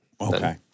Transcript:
Okay